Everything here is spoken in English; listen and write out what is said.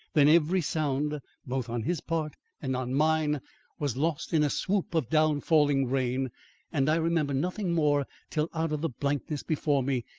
then every sound both on his part and on mine was lost in a swoop of down-falling rain and i remember nothing more till out of the blankness before me,